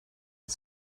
but